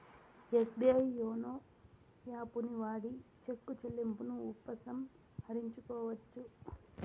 SBI YONO యాపుని వాడి cheque చెల్లింపును ఉపసంహరించుకోవచ్చు